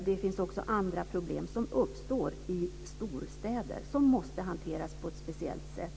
Det finns också andra problem som uppstår i storstäder som måste hanteras på ett speciellt sätt.